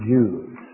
Jews